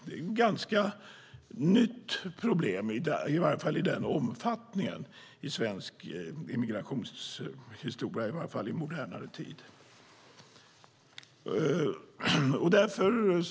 Det är ett ganska nytt problem, i alla fall i den omfattningen i svensk immigrationshistoria i modernare tid.